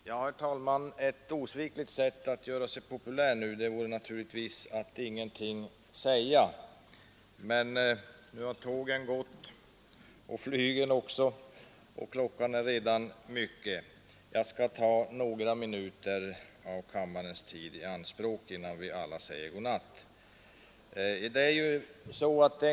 Herr talman! Ett osvikligt sätt att nu göra sig populär vore naturligtvis att ingenting säga. Men nu har tågen och flygplanen gått och klockan är redan mycket. Jag skall ta några minuter av kammarens tid i anspråk, innan vi alla säger godnatt.